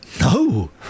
No